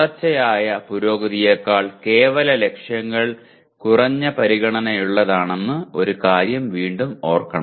തുടർച്ചയായ പുരോഗതിയേക്കാൾ കേവല ലക്ഷ്യങ്ങൾ കുറഞ്ഞ പരിഗണനയുള്ളതാണെന്ന് ഒരു കാര്യം വീണ്ടും ഓർക്കണം